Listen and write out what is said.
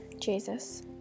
Jesus